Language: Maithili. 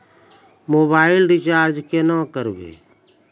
मोबाइल रिचार्ज केना करबै?